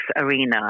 arena